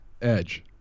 edge